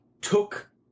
took